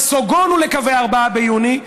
נסוגונו לקווי 4 ביוני,